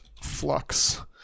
flux